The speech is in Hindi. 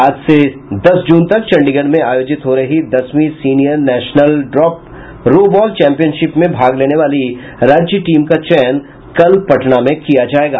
सात से दस जून तक चंडीगढ़ में आयोजित हो रहे दसवीं senior national drop row ball championship में भाग लेने वाली राज्य टीम का चयन कल पटना में किया जायेगा